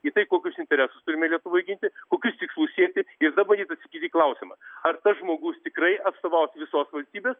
į tai kokius interesus turime lietuvoj ginti kokius tikslus siekti ir dar bandyti atsakyt į klausimą ar tas žmogus tikrai atstovaus visos valstybės